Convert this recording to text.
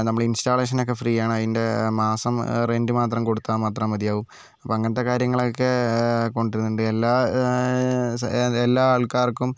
നമ്മള ഇൻസ്റ്റാളേഷൻ ഒക്കെ ഫ്രീ ആണ് അതിന്റെ മാസം റെൻറ്റ് മാത്രം കൊടുത്താൽ മാത്രം മതിയാവും അപ്പോൾ അങ്ങനത്തെ കാര്യങ്ങളൊക്കെ കൊണ്ടുവരുന്നുണ്ട് എല്ലാ സ എല്ലാ ആൾക്കാർക്കും